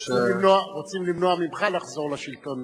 רוצים למנוע ממך לחזור לשלטון,